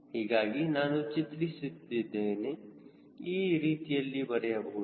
ಹೀಗಾಗಿ ನಾನು ಚಿತ್ರಿಸಿದ್ದೇನೆ ಈ ರೀತಿಯಲ್ಲಿ ಬರೆಯಬಹುದು